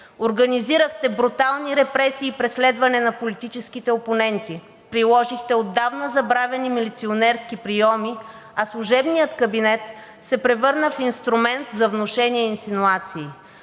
Организирахте брутални репресии и преследване на политическите опоненти. Приложихте отдавна забравени милиционерски прийоми, а служебният кабинет се превърна в инструмент за внушения и инсинуации.